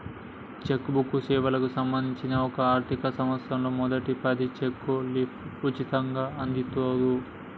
check book సేవలకు సంబంధించి ఒక ఆర్థిక సంవత్సరంలో మొదటి పది చెక్ లీఫ్లు ఉచితంగ అందిత్తరు